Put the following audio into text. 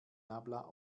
nabla